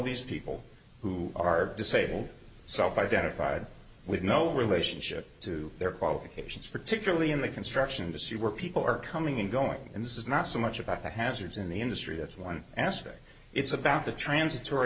these people who are disabled self identified with no relationship to their qualifications particularly in the construction industry where people are coming and going and this is not so much about the hazards in the industry that's one aspect it's about the transitory